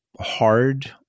hard